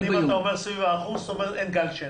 סביב 1% כלומר אין גל שני.